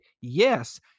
yes